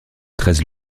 treize